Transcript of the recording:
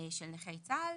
של נכי צה"ל,